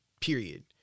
period